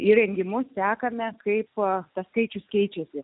įrengimus sekame kaifo paskaičius keičiasi